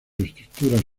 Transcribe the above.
estructuras